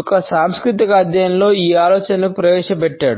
యొక్క సాంస్కృతిక అధ్యయనంలో ఈ ఆలోచనను ప్రవేశపెట్టాడు